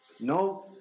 No